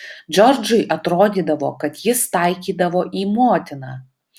džordžui atrodydavo kad jis taikydavo į motiną